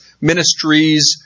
Ministries